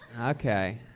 Okay